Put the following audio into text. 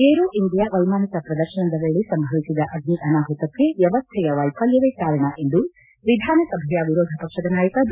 aero India ವೈಮಾನಿಕ ಪ್ರದರ್ಶನದ ವೇಳೆ ಸಂಭವಿಸಿದ ಅಗ್ನಿ ಅನಾಹುತಕ್ಕೆ ವ್ಯವಸ್ವೆಯ ವೈಥಲ್ಯವೇ ಕಾರಣ ಎಂದು ವಿಧಾನಸಭೆಯ ವಿರೋಧ ಪಕ್ಷದ ನಾಯಕ ಬಿ